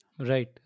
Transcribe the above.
right